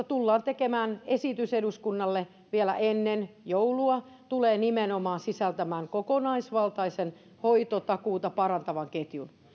tullaan tekemään esitys eduskunnalle vielä ennen joulua ja se tulee sisältämään nimenomaan kokonaisvaltaisen hoitotakuuta parantavan ketjun